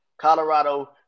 Colorado